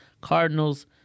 Cardinals